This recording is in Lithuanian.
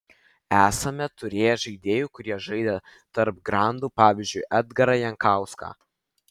esame turėję žaidėjų kurie žaidė tarp grandų pavyzdžiui edgarą jankauską